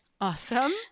Awesome